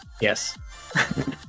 Yes